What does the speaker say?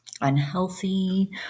unhealthy